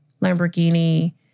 Lamborghini